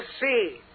see